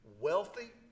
wealthy